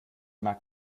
mag